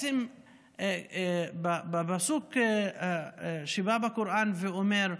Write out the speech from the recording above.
בפסוק בקוראן שאומר: